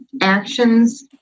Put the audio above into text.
actions